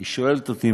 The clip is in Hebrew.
היא שואלת אותי,